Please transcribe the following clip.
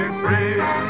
free